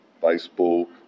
baseball